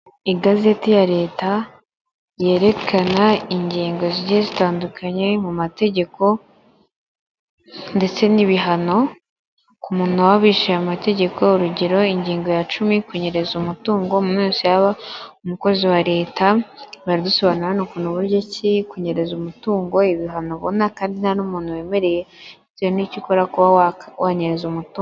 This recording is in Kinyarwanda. Igazeti ya leta yerekana ingingo zitandukanye mu mategeko ndetse n'ibihano ku muntu w'abishe amategeko urugero ingingo ya cumi kunyereza umutungo mu maso yaba umukozi wa leta barabisobanura ukuntu buryo ki kunyereza umutungo ibihano ubona kandi nta n'umu wemereye icyo nicyo ukora kuba wanyereza umutungo.